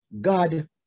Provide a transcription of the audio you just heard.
God